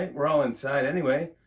we're all inside anyway.